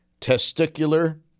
Testicular